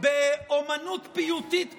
באומנות פיוטית כמעט,